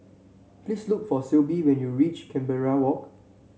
please look for Syble when you reach Canberra Walk